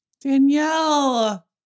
danielle